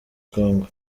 kongo